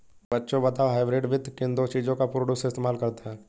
बच्चों बताओ हाइब्रिड वित्त किन दो चीजों का पूर्ण रूप से इस्तेमाल करता है?